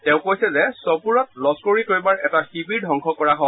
তেওঁ কৈছে যে চপুৰত লস্বৰ ই তৈবাৰ এটা শিবিৰ ধবংস কৰা হয়